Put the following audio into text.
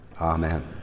Amen